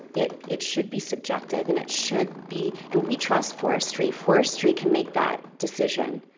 it it should be subjective and it should be and we trust forestry. forestry can make that decision.